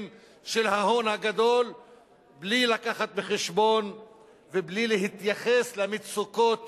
של ההון הגדול בלי לקחת בחשבון ובלי להתייחס למצוקות